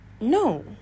no